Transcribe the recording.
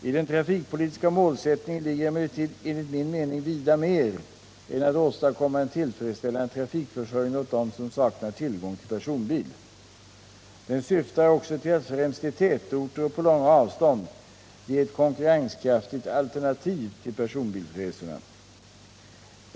I den trafikpolitiska målsättningen ligger emellertid enligt min mening vida mer än att åstadkomma en tillfredsställande trafikförsörjning åt dem som saknar tillgång till personbil. Den syftar också till att främst i tätorter och på långa avstånd ge ett konkurrenskraftigt alternativ till personbilsresorna.